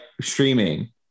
streaming